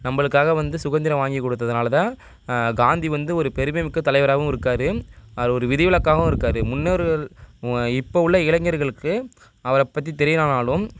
நம்பளுக்காக வந்து சுதந்திரம் வாங்கிக் கொடுத்ததுனால தான் காந்தி வந்து ஒரு பெருமைமிக்க தலைவராவும் இருக்கார் அவர் ஒரு விதிவிலக்காவும் இருக்கார் முன்னோர்கள் இப்போது உள்ள இளைஞர்களுக்கு அவரை பற்றி தெரியலைனாலும்